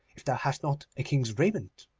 if thou hast not a king's raiment